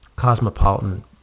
cosmopolitan